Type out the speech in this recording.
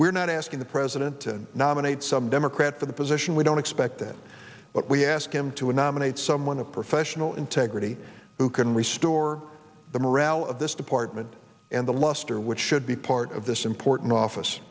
we're not asking the president to nominate some democrat the position we don't expect it but we ask him to a nominate someone a professional integrity who can restore the morale of this department and the luster which should be part of this important office